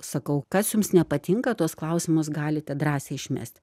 sakau kas jums nepatinka tuos klausimus galite drąsiai išmest